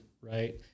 right